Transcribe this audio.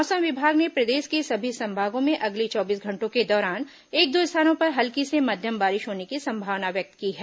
मौसम विभाग ने प्रदेश के सभी संभागों में अगले चौबीस घंटों के दौरान एक दो स्थानों पर हल्की से मध्यम बारिश होने की संभावना व्यक्त की है